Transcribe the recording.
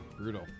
brutal